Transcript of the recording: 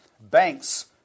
Banks